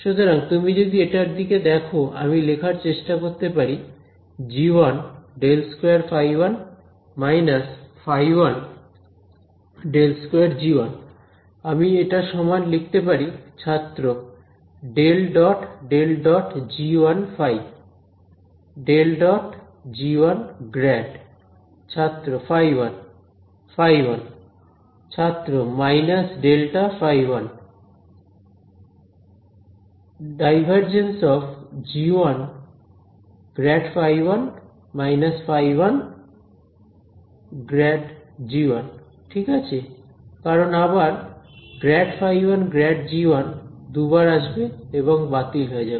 সুতরাং তুমি যদি এটার দিকে দেখো আমি লেখার চেষ্টা করতে পারি g1∇2ϕ1 − ϕ1∇2g1 আমি এটা সমান লিখতে পারি ছাত্র del dot del dot g one phi del dot g one grad ছাত্র ফাই ওয়ান ফাই ওয়ান ছাত্র minus delta phi one ∇g1∇ϕ1 − ϕ1∇g1 ঠিক আছে কারণ আবার ∇ϕ1∇g1 দুবার আসবে এবং বাতিল হয়ে যাবে